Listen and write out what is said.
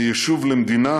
מיישוב למדינה,